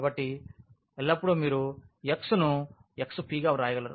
కాబట్టి ఎల్లప్పుడూ మీరు మా x ను xp గా వ్రాయగలరు